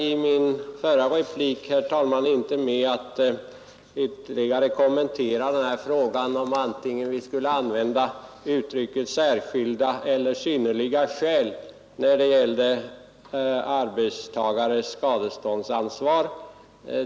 I min förra replik hann jag inte med någon ytterligare kommentar i frågan huruvida vi skall använda uttrycket ”särskilda skäl” eller ”synnerliga skäl” när det gäller arbetstagares skadeståndsansvar.